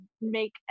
make